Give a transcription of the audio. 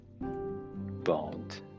Bond